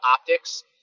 optics